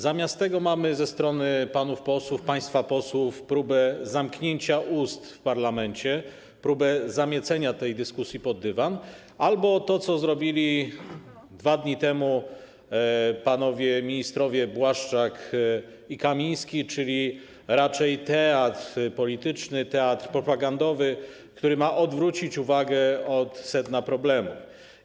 Zamiast tego mamy ze strony państwa posłów próbę zamknięcia ust w parlamencie, próbę zamiecenia tej dyskusji pod dywan, albo mamy to, co zrobili dwa dni temu panowie ministrowie Błaszczak i Kamiński, czyli raczej teatr polityczny, teatr propagandowy, który ma odwrócić uwagę od sedna problemu.